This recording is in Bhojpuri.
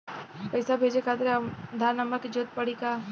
पैसे भेजे खातिर आधार नंबर के जरूरत पड़ी का?